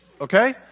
okay